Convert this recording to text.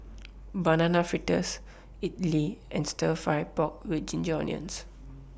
Banana Fritters Idly and Stir Fry Pork with Ginger Onions